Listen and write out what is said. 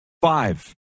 five